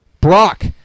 Brock